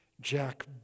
Jack